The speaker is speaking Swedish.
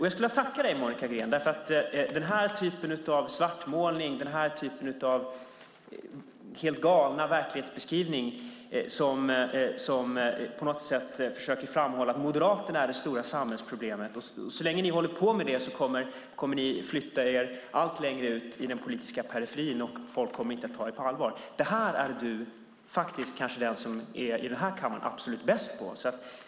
Jag skulle vilja tacka dig, Monica Green, för så länge ni håller på med den här typen av svartmålning och helt galna verklighetsbeskrivningar där man försöker framhålla att Moderaterna är det stora samhällsproblemet kommer ni att flytta er allt längre ut i den politiska periferin. Folk kommer inte att ta er på allvar. Du är den i den här kammaren som kanske är absolut bäst på det.